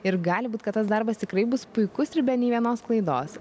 ir gali būt kad tas darbas tikrai bus puikus ir be nė vienos klaidos